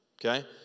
okay